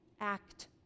Act